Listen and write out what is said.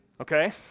okay